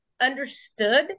understood